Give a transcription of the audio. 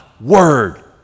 word